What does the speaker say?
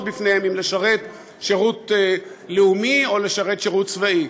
בפניה אם לשרת שירות לאומי או שירות צבאי.